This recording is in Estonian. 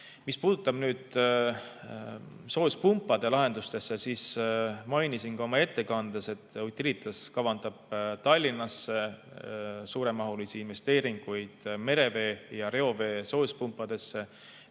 Mis puudutab soojuspumpade lahendusi, siis mainisin ka oma ettekandes, et Utilitas kavandab Tallinnas suuremahulisi investeeringuid merevee ja reovee soojuspumpadesse.